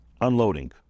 unloading